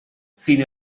sin